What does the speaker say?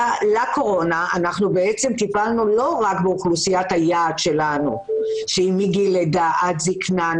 בקורונה לא רק טיפלנו באוכלוסיית היעד שלנו שהיא מגיל לידה עד זקנה,